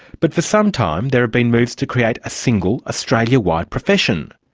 but for some time there have been moves to create a single australia-wide profession.